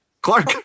Clark